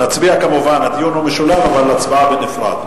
הדיון הוא משולב, אבל ההצבעה בנפרד.